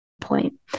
point